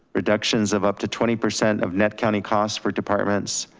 reductions of up to twenty percent of net county costs for departments.